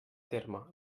terme